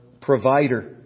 provider